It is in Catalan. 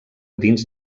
dins